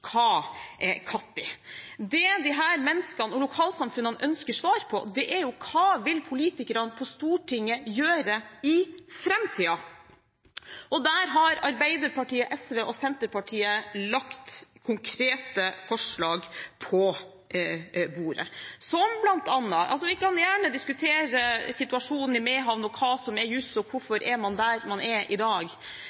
hva når. Det disse menneskene og lokalsamfunnene ønsker svar på, er: Hva vil politikerne på Stortinget gjøre i framtiden? Der har Arbeiderpartiet, SV og Senterpartiet lagt konkrete forslag på bordet. Vi kan gjerne diskutere situasjonen i Mehamn og hva som er jus, og